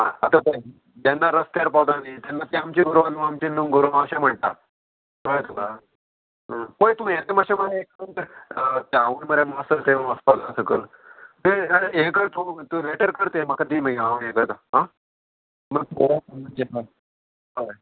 आतां पळय जेन्ना रस्त्यार पोवता न्ही तेन्ना तें आमचें गोरवां न्हू आमचें न्हू गोरवां अशें म्हणटा कळ्ळें तुका पय तूं यें मातशें मरे मात्सो तें वचपाक जाय सकल तें हें करूं रेटर कर तें म्हाका दी मागीर हांव हें करता आनी हय